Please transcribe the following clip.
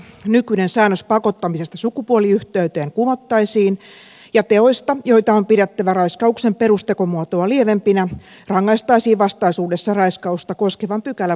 nykyinen säännös pakottamisesta sukupuoliyhteyteen kumottaisiin ja teoista joita on pidettävä raiskauksen perustekomuotoa lievempinä rangaistaisiin vastaisuudessa raiskausta koskevan pykälän mukaisesti